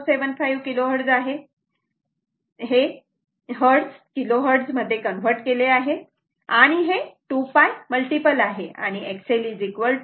475 KHz आहे तिथे हे हर्ट्झ किलो हर्ट्झ मध्ये कन्वर्ट केले आहे आणि हे 2𝝅 मल्टिपल आहे आणि हे XL 39